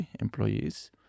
employees